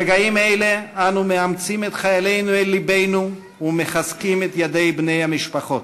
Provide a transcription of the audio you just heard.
ברגעים אלה אנו מאמצים את חיילינו אל לבנו ומחזקים את ידי בני המשפחות.